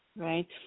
right